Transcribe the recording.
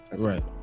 Right